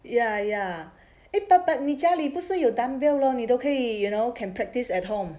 ya ya it but but 你家里不是有 dumbbell lor 你都可以 you know can practice at home